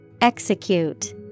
Execute